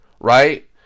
right